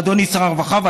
אדוני שר הרווחה,